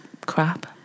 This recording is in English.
crap